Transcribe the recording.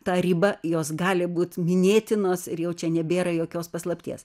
tą ribą jos gali būt minėtinos ir jau čia nebėra jokios paslapties